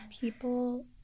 people